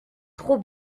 trop